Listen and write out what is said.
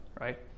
right